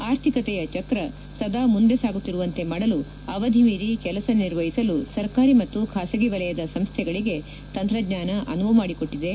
ಆರ್ಥಿಕತೆಯ ಚಕ್ರ ಸದಾ ಮುಂದೆ ಸಾಗುತ್ತಿರುವಂತೆ ಮಾಡಲು ಅವಧಿ ಮೀರಿ ಕೆಲಸ ನಿರ್ವಹಿಸಲು ಸರ್ಕಾರಿ ಮತ್ತು ಬಾಸಗಿ ವಲಯದ ಸಂಸ್ಥೆಗಳಿಗೆ ತಂತ್ರಜ್ಞಾನ ಅನುವು ಮಾಡಿಕೊಟ್ಟದೆ